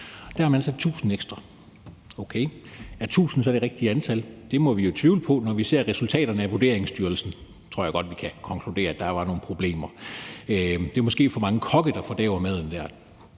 Her har man ansat 1.000 ekstra. Okay, er 1.000 så det rigtige antal? Det må vi jo tvivle på, når vi ser resultaterne af Vurderingsstyrelsen. Der tror jeg godt at vi kan konkludere, at der var nogle problemer. Det er måske for mange kokke, der fordærver maden dér.